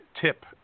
tip